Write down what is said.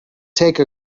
take